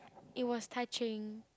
it was touching